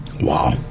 Wow